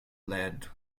led